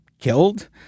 Killed